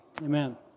amen